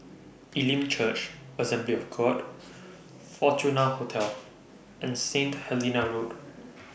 Elim Church Assembly of God Fortuna Hotel and Saint Helena Road